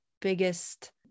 biggest